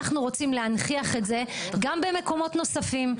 אנחנו רוצים להנכיח את זה גם במקומות נוספים,